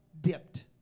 dipped